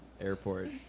airport